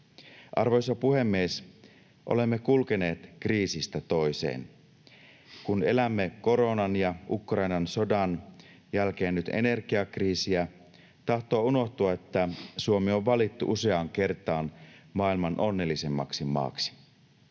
Arvoisa puhemies! Olemme kulkeneet kriisistä toiseen. Kun elämme koronan ja Ukrainan sodan jälkeen nyt energiakriisiä, tahtoo unohtua, että Suomi on valittu useaan kertaan maailman onnellisimmaksi maaksi.